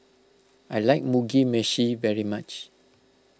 I like Mugi Meshi very much